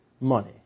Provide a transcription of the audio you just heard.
money